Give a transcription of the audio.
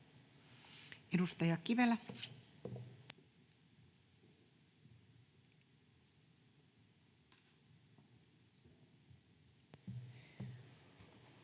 Edustaja Kivelä.